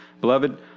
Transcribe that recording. Beloved